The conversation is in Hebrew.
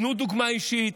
תנו דוגמה אישית.